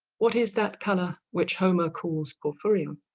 what is that color which homer calls porfurium